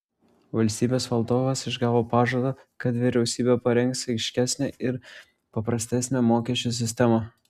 valstybės vadovas išgavo pažadą kad vyriausybė parengs aiškesnę ir paprastesnę mokesčių sistemą